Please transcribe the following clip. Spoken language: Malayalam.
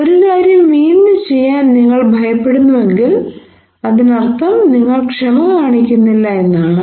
ഒരു കാര്യം വീണ്ടും ചെയ്യാൻ നിങ്ങൾ ഭയപ്പെടുന്നുവെങ്കിൽ അതിനർത്ഥം നിങ്ങൾ ക്ഷമ കാണിക്കുന്നില്ല എന്നാണ്